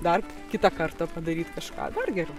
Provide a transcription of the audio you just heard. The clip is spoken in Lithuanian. dar kitą kartą padaryt kažką dar geriau